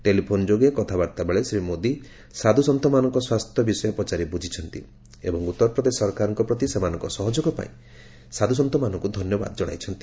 telephone ଯୋଗେ କଥାବାର୍ତ୍ତା ବେଳେ ଶ୍ରୀ ମୋଦି ସାଧୁସନ୍ଥମାନଙ୍କ ସ୍ୱାସ୍ଥ୍ୟ ବିଷୟ ପଚାରି ବୁଝିଛନ୍ତି ଏବଂ ଉତ୍ତରପ୍ରଦେଶ ସରକାରଙ୍କ ପ୍ରତି ସେମାନଙ୍କ ସହଯୋଗ ପାଇଁ ସାଧୁସନ୍ଥମାନଙ୍କୁ ଧନ୍ୟବାଦ ଜଣାଇଛନ୍ତି